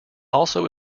also